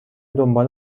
دنبال